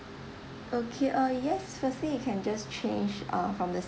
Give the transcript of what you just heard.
okay uh yes firstly you can just change uh from the